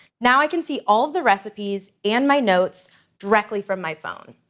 now, i can see all of the recipes and my notes directly from my phone.